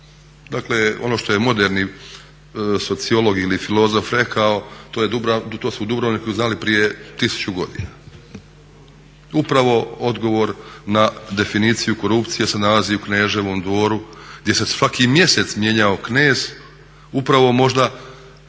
Dakle, ono što je moderni sociolog ili filozof rekao to su u Dubrovniku znali prije 1000 godina. Upravo odgovor na definiciju korupcije se nalazi u Kneževom dvoru gdje se svaki mjesec mijenjao knez upravo možda